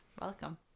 Welcome